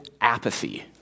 apathy